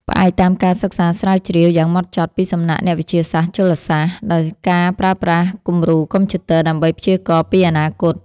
ផ្អែកតាមការសិក្សាស្រាវជ្រាវយ៉ាងហ្មត់ចត់ពីសំណាក់អ្នកវិទ្យាសាស្ត្រជលសាស្ត្រ ដោយការប្រើប្រាស់គំរូកុំព្យូទ័រដើម្បីព្យាករណ៍ពីអនាគត។